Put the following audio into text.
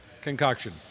Concoction